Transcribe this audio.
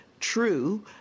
true